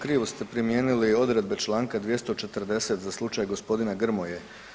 Krivo ste primijenili odredbe članka 240. za slučaj gospodina Grmoje.